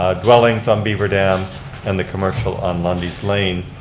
ah dwellings on beaverdams and the commercial on lundy's lane.